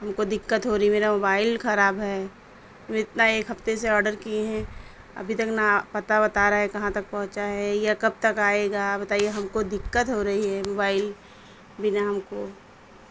ہم کو دقت ہو رہی میرا موبائل خراب ہے اتنا ایک ہفتے سے آڈر کیے ہیں ابھی تک نہ پتہ بتا رہا ہے کہاں تک پہنچا ہے یا کب تک آئے گا بتائیے ہم کو دقت ہو رہی ہے موبائل بنا ہم کو